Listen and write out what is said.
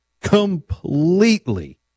Completely